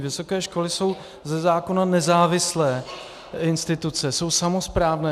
Vysoké školy jsou ze zákona nezávislé instituce, jsou samosprávné.